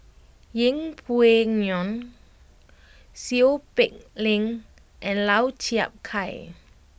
Yeng Pway Ngon Seow Peck Leng and Lau Chiap Khai